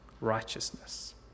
righteousness